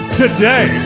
today